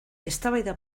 eztabaida